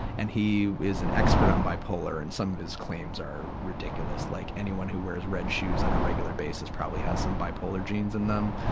and he is an expert in bipolar and some of his claims are ridiculous. like anyone who wears red shoes on a regular basis probably has some bipolar genes in them.